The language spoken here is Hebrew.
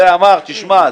זה אמר: תשמע,